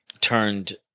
turned